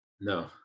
No